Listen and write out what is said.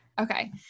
Okay